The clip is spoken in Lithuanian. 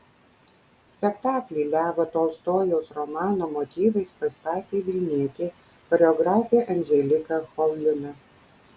spektaklį levo tolstojaus romano motyvais pastatė vilnietė choreografė anželika cholina